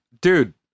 Dude